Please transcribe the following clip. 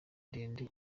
ndende